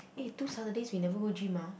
eh two Saturdays we never go gym ah